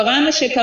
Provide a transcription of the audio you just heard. קרה מה שקרה,